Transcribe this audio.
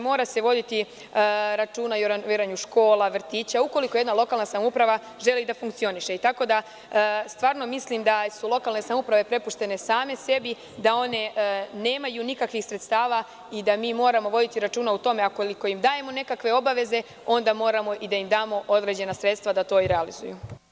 Mora se voditi računa o renoviranju škola i vrtića, i ukoliko jedna lokalna samouprava želi da funkcioniše, tako da mislim da su lokalne samouprave prepuštene same sebi, da one nemaju nikakvih sredstava i da mi moramo voditi računa o tome, ukoliko im dajemo nekakve obaveze, onda moramo da im damo određena sredstava da to realizuju.